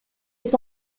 est